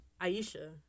Aisha